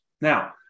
Now